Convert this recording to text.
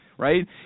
right